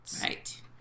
right